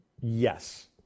yes